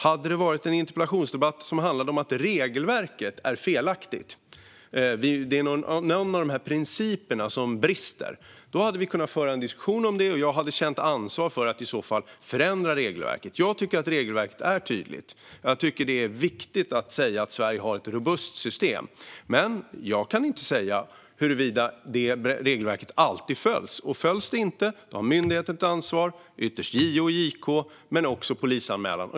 Hade det varit en interpellationsdebatt som handlade om att regelverket var felaktigt och att någon av principerna brister hade vi kunnat föra en diskussion om det, och jag hade känt ansvar för att i så fall förändra regelverket. Jag tycker att regelverket är tydligt. Jag tycker att det är viktigt att Sverige har ett robust system. Men jag kan inte säga om regelverket alltid följs. Följs det inte har myndigheten ett ansvar och ytterst JO och JK, men man ska också göra en polisanmälan.